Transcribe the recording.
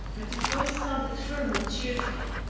but his voice sounded firm and cheerful.